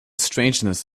strangeness